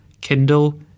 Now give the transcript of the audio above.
Kindle